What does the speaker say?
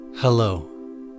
Hello